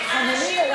כל עוד יש מליאה, אין